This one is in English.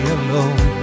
alone